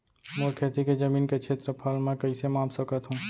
मोर खेती के जमीन के क्षेत्रफल मैं कइसे माप सकत हो?